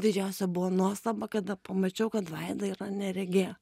didžiausia buvo nuostaba kada pamačiau kad vaida yra neregė